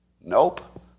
Nope